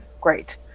great